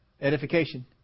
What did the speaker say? Edification